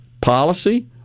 Policy